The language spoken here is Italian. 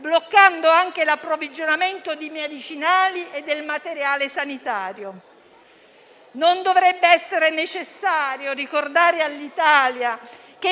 bloccando anche l'approvvigionamento di medicinali e del materiale sanitario. Non dovrebbe essere necessario ricordare all'Italia che,